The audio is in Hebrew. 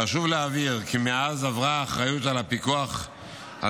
חשוב להבהיר כי מאז עברה אחריות הפיקוח על